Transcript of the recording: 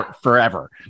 forever